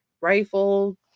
rifle